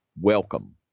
welcome